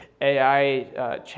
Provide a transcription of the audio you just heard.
AI